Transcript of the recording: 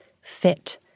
fit